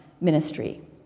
ministry